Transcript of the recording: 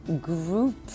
group